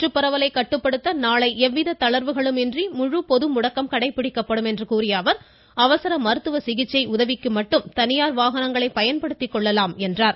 தொற்றுப்பரவலை கட்டுப்படுத்த நாளை எவ்வித தளர்வுகளும் இன்றி முழு பொது முடக்கம் கடைபிடிக்கப்படும் என்று கூறிய அவர் அவசர மருத்துவ சிகிச்சை உதவிக்கு மட்டும் தனியார் வாகனங்களை பயன்படுத்திக் கொள்ளலாம் என்றார்